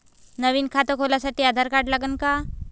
नवीन खात खोलासाठी आधार कार्ड लागन का?